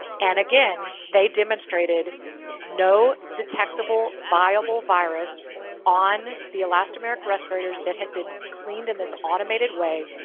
and again, they demonstrated no detectable viable virus on the elastomeric respirators that had been cleaned in this automated way.